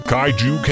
Kaiju